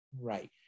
Right